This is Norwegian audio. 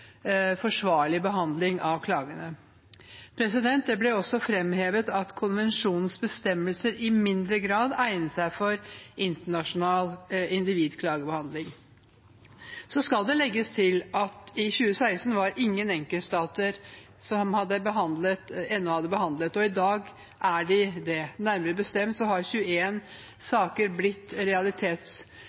forsvarlig behandling av klagene. Det ble også framhevet at konvensjonens bestemmelser i mindre grad egnet seg for internasjonal individklagebehandling. Det skal legges til at i 2016 var ennå ingen enkeltsaker behandlet. I dag er det det. Nærmere bestemt har 21 saker blitt